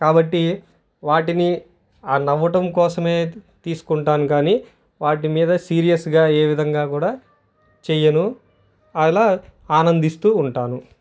కాబట్టి వాటిని ఆ నవ్వటం కోసమే తీసుకుంటాను కానీ వాటి మీద సీరియస్గా ఏ విధంగా కూడా చేయ్యను అలా ఆనందిస్తూ ఉంటాను